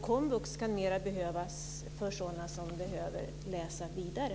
Komvux kan mera behövas för sådana som behöver läsa vidare.